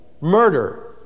murder